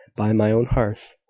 by my own hearth,